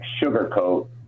sugarcoat